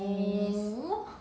no